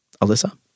Alyssa